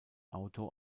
auto